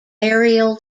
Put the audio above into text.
aerial